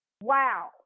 wow